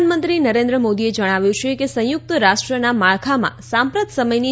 પ્રધાનમંત્રી નરેન્દ્ર મોદીએ જણાવ્યું છે કે સંયુક્ત રાષ્ટ્રના માળખામાં સાંપ્રત સમયની